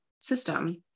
system